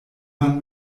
man